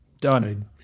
Done